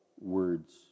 words